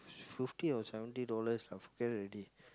fifty or seventy dollars lah forget already